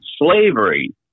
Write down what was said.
Slavery